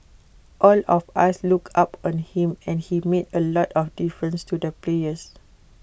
all of us looked up on him and he made A lot of difference to the players